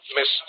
Miss